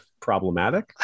problematic